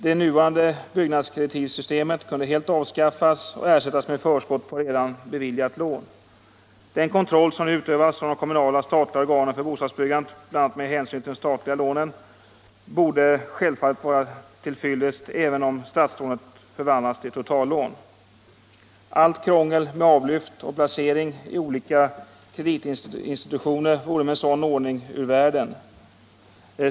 Det nuvarande byggnadskreditivsystemet kunde helt avskaffas och ersättas med förskott på redan beviljat lån. Den kontroll som nu utövas av de kommunala och statliga organen för bostadsbyggandet, bl.a. med hänsyn till de statliga lånen, borde självfallet vara till fyllest även om statslånet förvandlades till ett totallån. Allt krångel med avlyft och placering i olika kreditinstitutioner vore med en sådan ordning ur världen.